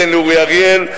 תן לאורי אריאל,